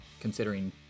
considering